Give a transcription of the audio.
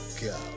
go